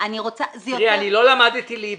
למדתי ליבה,